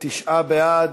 ו-716,